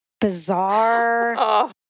bizarre